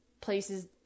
places